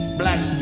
black